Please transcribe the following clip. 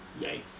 Yikes